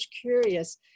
curious